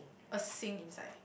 a sink inside